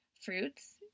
Fruits